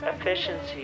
efficiency